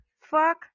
fuck